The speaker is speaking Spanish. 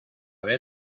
ver